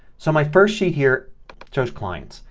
so my first sheet here shows clients.